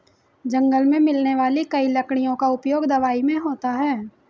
जंगल मे मिलने वाली कई लकड़ियों का उपयोग दवाई मे होता है